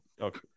Okay